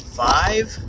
five